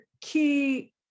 key